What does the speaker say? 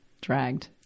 dragged